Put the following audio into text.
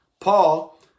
Paul